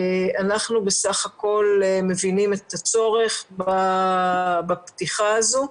אנחנו בסך הכול מבינים את הצורך בפתיחה הזו.